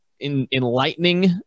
enlightening